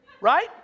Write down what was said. Right